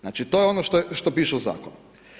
Znači to je ono što piše u Zakonu.